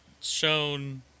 shown